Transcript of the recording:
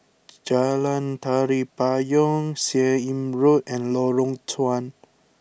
Jalan Tari Payong Seah Im Road and Lorong Chuan